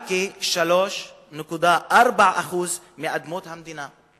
רק כ-3.4% מאדמות המדינה.